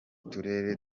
turere